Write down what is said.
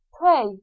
Pray